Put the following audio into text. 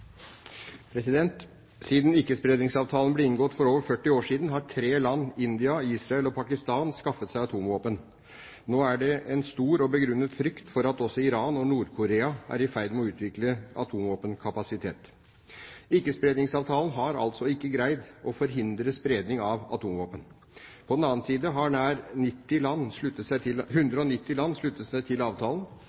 tre land, India, Israel og Pakistan, skaffet seg atomvåpen. Nå er det en stor og begrunnet frykt for at også Iran og Nord-Korea er i ferd med å utvikle atomvåpenkapasitet. Ikkespredningsavtalen har altså ikke greid å forhindre spredning av atomvåpen. På den annen side har nær 190 land sluttet seg til avtalen. Minst 40 av disse har kapasitet til